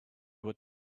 would